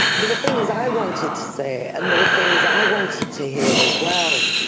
there were things i wanted to say and there were things i wanted to hear as well,